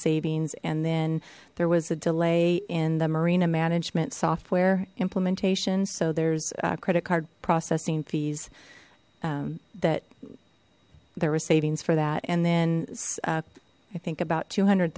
savings and then there was a delay in the marina management software implementations so there's credit card processing fees that there were savings for that and then i think about two hundred